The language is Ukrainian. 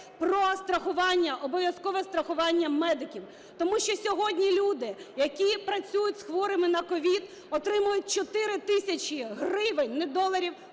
обов’язкове страхування медиків. Тому що сьогодні люди, які працюють з хворими на COVID, отримують 4 тисячі гривень, не доларів,